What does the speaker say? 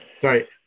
Sorry